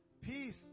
Peace